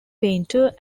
painter